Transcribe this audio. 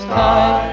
time